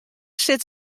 sitte